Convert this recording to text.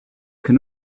can